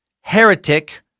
heretic